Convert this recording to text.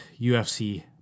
UFC